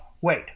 wait